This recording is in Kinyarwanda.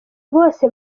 bose